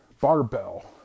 barbell